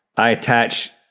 i attach,